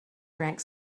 drank